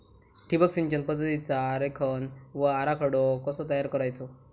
ठिबक सिंचन पद्धतीचा आरेखन व आराखडो कसो तयार करायचो?